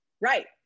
right